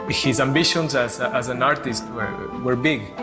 but his ambitious as a, as an artist were, were big.